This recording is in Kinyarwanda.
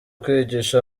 kwigisha